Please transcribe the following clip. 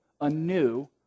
anew